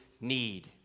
need